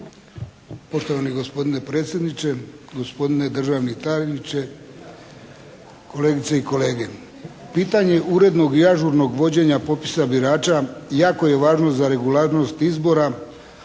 Poštovani gospodine predsjedniče, gospodine državni tajniče, kolegice i kolege. Pitanje urednog i ažurnog vođenja popisa birača jako je važno za regularnost izbora